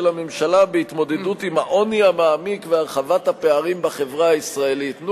הממשלה בהתמודדות עם העוני המעמיק והרחבת הפערים בחברה הישראלית.